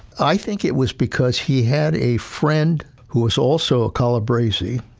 i think it was because he had a friend who was also a calabrese,